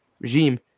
regime